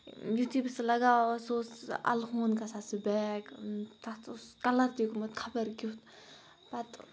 یُتھُے بہٕ سُہ لگاوان ٲسٕس سُہ اوس اَلونٛد گژھان سُہ بیگ تَتھ اوس کَلَر تہِ گوٚمُت خبر کیُتھ پَتہٕ